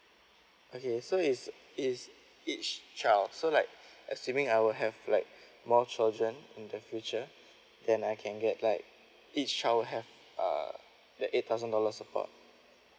okay so is is each child so like assuming I will have like more children in the future then I can get like each child have uh the eight thousand dollars support